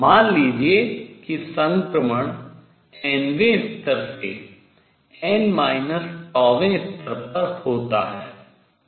मान लीजिए की संक्रमण n वें स्तर से वें स्तर पर होता है ठीक है